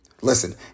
Listen